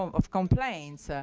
um of complaints?